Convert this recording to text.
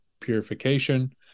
purification